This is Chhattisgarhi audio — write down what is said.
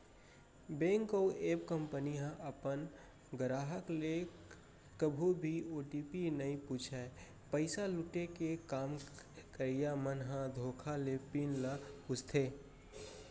बेंक अउ ऐप कंपनी ह अपन गराहक ले कभू भी ओ.टी.पी नइ पूछय, पइसा लुटे के काम करइया मन ह धोखा ले पिन ल पूछथे